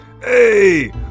Hey